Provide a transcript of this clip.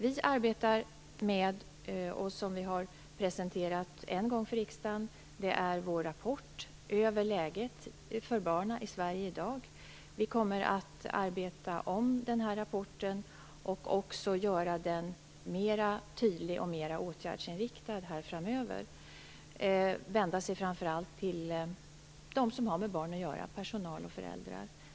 Vi arbetar med vår rapport över läget för barnen i Sverige i dag, och vi har presenterat den en gång för riksdagen. Vi kommer att arbeta om den här rapporten och göra den mer tydlig och mer åtgärdsinriktad framöver. Den kommer framför allt att vända sig till dem som har med barn att göra, personal och föräldrar.